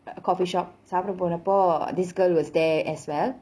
uh coffee shop சாப்புட போனபோ:sapuda ponapo this girl was there as well